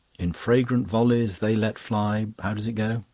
in fragrant volleys they let fly. how does it go?